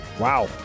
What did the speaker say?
Wow